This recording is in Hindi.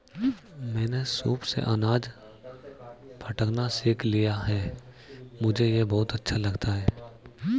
मैंने सूप से अनाज फटकना सीख लिया है मुझे यह बहुत अच्छा लगता है